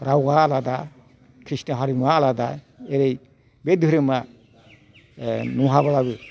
रावा आलादा कृष्टि हारिमुवा आलादा ओरै बे धोरोमा नहाब्लाबो